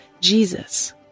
Jesus